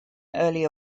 early